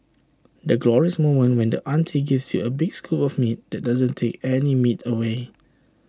the glorious moment when the auntie gives you A big scoop of meat that doesn't take any meat away